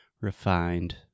refined